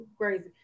crazy